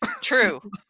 True